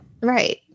Right